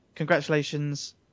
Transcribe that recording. Congratulations